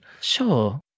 Sure